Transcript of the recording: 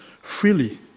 freely